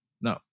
No